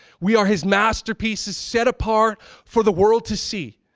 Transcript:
we are his masterpieces set apart for the world to see.